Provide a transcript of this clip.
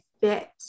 fit